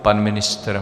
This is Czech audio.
Pan ministr?